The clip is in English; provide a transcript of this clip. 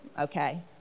okay